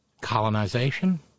Colonization